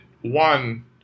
one